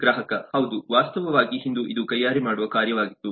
ಗ್ರಾಹಕ ಹೌದು ವಾಸ್ತವವಾಗಿ ಹಿಂದೆ ಇದು ಕೈಯಾರೆ ಮಾಡುವ ಕಾರ್ಯವಾಗಿತ್ತು